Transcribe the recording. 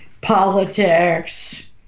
politics